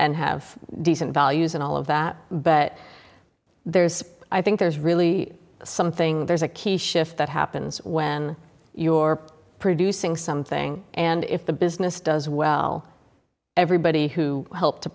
and have decent values and all of that but there is i think there's really something there's a key shift that happens when you're producing something and if the business does well everybody who helped to